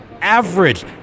average